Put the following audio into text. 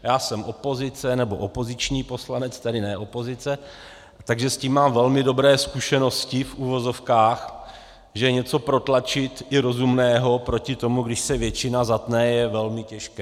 Já jsem opozice, nebo opoziční poslanec, tedy ne opozice, takže s tím mám velmi dobré zkušenosti, v uvozovkách, že něco protlačit, i rozumného, proti tomu, když se většina zatne, je velmi těžké.